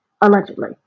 allegedly